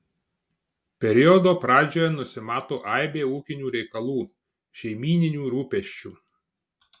periodo pradžioje nusimato aibė ūkinių reikalų šeimyninių rūpesčių